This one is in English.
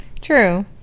True